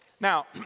Now